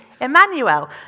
Emmanuel